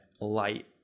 light